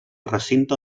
recinte